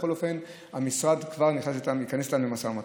בכל אופן, המשרד כבר ייכנס איתם למשא ומתן.